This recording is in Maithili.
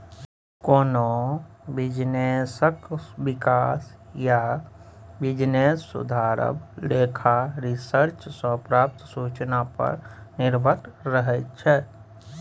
कोनो बिजनेसक बिकास या बिजनेस सुधरब लेखा रिसर्च सँ प्राप्त सुचना पर निर्भर रहैत छै